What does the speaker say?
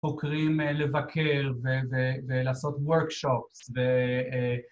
חוקרים לבקר ולעשות וורקשופס ו..